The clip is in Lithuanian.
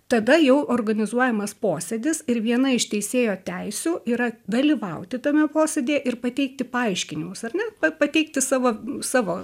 tada jau organizuojamas posėdis ir viena iš teisėjo teisių yra dalyvauti tame posėdyje ir pateikti paaiškinimus ar ne pa pateikti savo savo